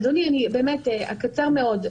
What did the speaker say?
אדוני, אני אקצר מאוד.